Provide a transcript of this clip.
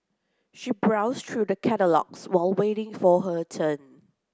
she browsed through the catalogues while waiting for her turn